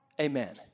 amen